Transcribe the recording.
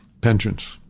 pensions